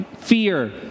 Fear